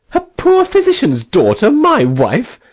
a poor physician's daughter my wife!